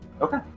Okay